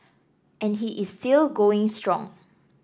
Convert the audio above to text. and he is still going strong